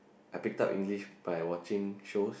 I pick up English by watching shows